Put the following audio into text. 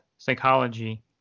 psychology